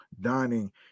dining